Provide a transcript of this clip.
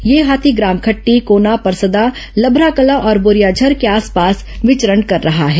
यह हाथी ग्राम खटटी कोना परसदा लभराकला और बोरियाझर के आसपास विचरण कर रहा है